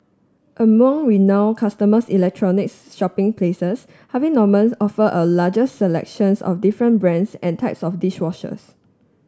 among renown consumers electronics shopping places Harvey Normans offer a largest selections of different brands and types of dish washers